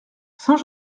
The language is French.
saint